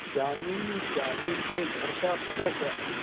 شانی شانی کے گھر کا پتہ کیا ہے